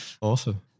Awesome